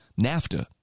NAFTA